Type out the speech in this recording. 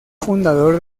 fundador